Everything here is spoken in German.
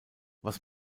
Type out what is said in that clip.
was